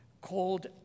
called